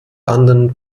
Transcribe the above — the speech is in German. anderen